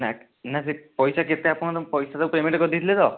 ନା ନା ସିଏ ପଇସା କେତେ ଆପଣ ତାଙ୍କୁ ପଇସା ସବୁ ପ୍ୟାମେଣ୍ଟ କରିଦେଇଥିଲେ ତ